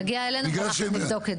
תגיע אלינו ואנחנו נבדוק את זה.